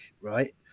right